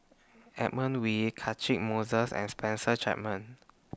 Edmund Wee Catchick Moses and Spencer Chapman